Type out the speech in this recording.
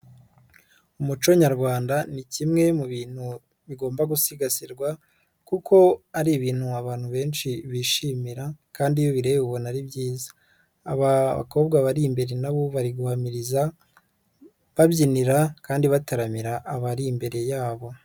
Umuco nyarwanda ni kimwe mu bintu bigomba gusigasirwa kuko ari ibintu abantu benshi bishimira kandi iyo ubireba ubona ari byiza, abakobwa bari imbere na bo bari guhamiriza, babyinira kandi bataramira abari imbere yabo.